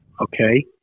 okay